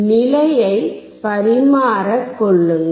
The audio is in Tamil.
நிலையை பரிமாறிக் கொள்ளுங்கள்